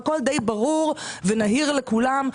הכול די ברור ונהיר לכולם.